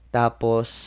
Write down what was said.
tapos